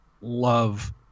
love